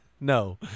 No